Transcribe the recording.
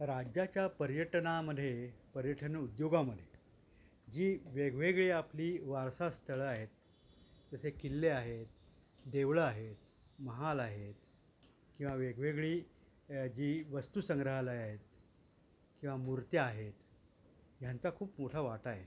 राज्याच्या पर्यटनामध्ये पर्यटन उद्योगामध्ये जी वेगवेगळी आपली वारसास्थळं आहेत जसे किल्ले आहेत देवळं आहेत महाल आहेत किंवा वेगवेगळी जी वस्तू संग्रहालयं आहे किंवा मूर्त्या आहेत ह्यांचा खूप मोठा वाटा आहे